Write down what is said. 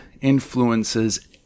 influences